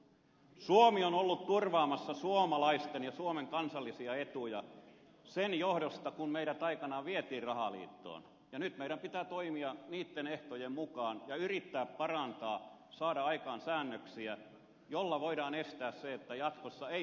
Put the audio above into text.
suomi on ollut turvaamassa suomalaisten ja suomen kansallisia etuja sen johdosta kun meidät aikanaan vietiin rahaliittoon ja nyt meidän pitää toimia niitten ehtojen mukaan ja yrittää parantaa ja saada aikaan säännöksiä joilla voidaan estää se että jatkossa ei pääse näin tapahtumaan